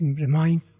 remind